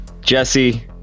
Jesse